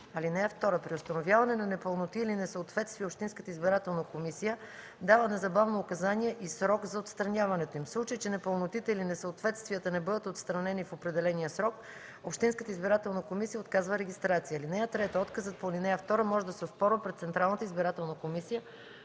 листи. (2) При установяване на непълноти или несъответствия общинската избирателна комисия дава незабавно указания и срок за отстраняването им. В случай че непълнотите или несъответствията не бъдат отстранени в определения срок, общинската избирателна комисия отказва регистрация. (3) Отказът по ал. 2 може да се оспорва пред Централната избирателна комисия